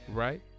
right